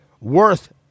worth